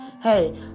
Hey